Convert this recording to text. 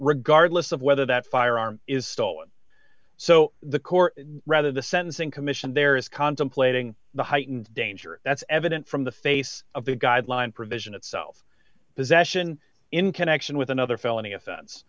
regardless of whether that firearm is stolen so the court rather the sentencing commission there is contemplating the heightened danger that's evident from the face of the guideline provision itself possession in connection with another felony offense